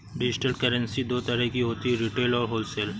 digital currency दो तरह की होती है रिटेल और होलसेल